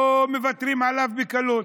לא מוותרים עליו בקלות.